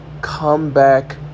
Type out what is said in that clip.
comeback